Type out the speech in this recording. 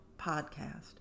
podcast